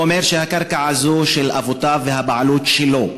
הוא אומר שהקרקע הזו היא של אבותיו והבעלות היא שלו.